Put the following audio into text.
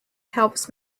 helps